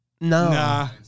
No